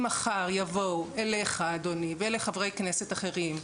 אם מחר יבואו אליך, אדוני, ולחברי כנסת אחרים,